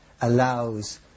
allows